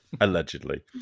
Allegedly